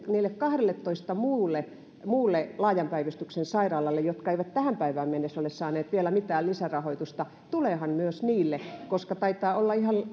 niille kahdelletoista muulle muulle laajan päivystyksen sairaalalle jotka eivät tähän päivään mennessä ole saaneet vielä mitään lisärahoitusta tuleehan myös niille koska taitaa olla ihan